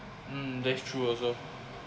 hmm that's true also